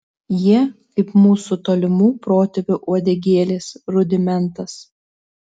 jie kaip mūsų tolimų protėvių uodegėlės rudimentas